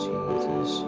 Jesus